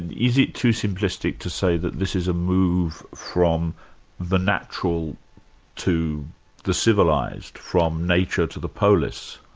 and is it too simplistic to say that this is a move from the natural to the civilised, from nature to the polis?